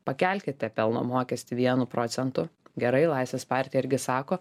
pakelkite pelno mokestį vienu procentu gerai laisvės partija irgi sako